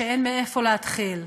שאין מאיפה להתחיל,